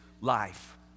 life